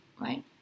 right